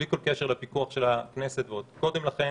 בלי כל קשר לפיקוח של הכנסת ועוד קודם לכן,